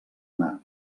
anar